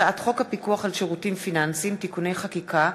הצעת חוק הפיקוח על שירותים פיננסיים (תיקוני חקיקה),